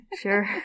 Sure